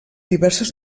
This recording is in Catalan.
diverses